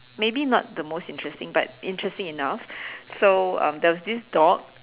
maybe not the most interesting but interesting enough so um there was this dog